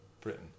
Britain